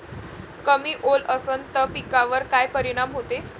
कमी ओल असनं त पिकावर काय परिनाम होते?